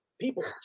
people